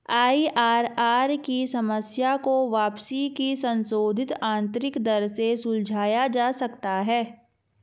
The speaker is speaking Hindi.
आई.आर.आर की समस्या को वापसी की संशोधित आंतरिक दर से सुलझाया जा सकता है